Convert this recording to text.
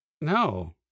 No